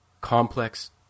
complex